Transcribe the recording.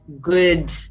good